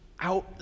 out